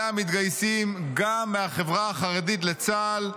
המתגייסים לצה"ל גם מהחברה החרדית לצה"ל,